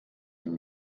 den